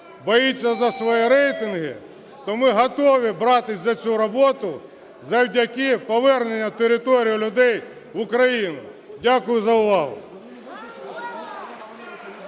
боїться за свої рейтинги, то ми готові братись за цю роботу задля повернення території і людей в Україну. Дякую за увагу.